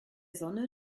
sonne